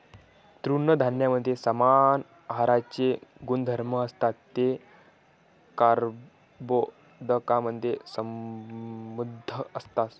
तृणधान्यांमध्ये समान आहाराचे गुणधर्म असतात, ते कर्बोदकांमधे समृद्ध असतात